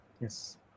Yes